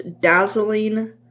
dazzling